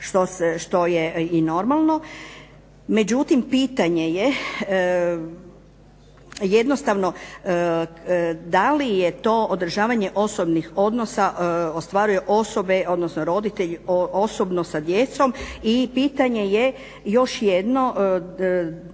što je i normalno. Međutim, pitanje je jednostavno da li je to održavanje osobnih odnosa, ostvaruju osobe, odnosno roditelji osobno sa djecom i pitanje je još jedno